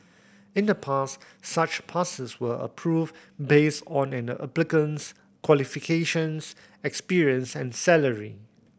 in the past such passes were approved based on an applicant's qualifications experience and salary